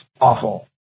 awful